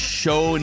show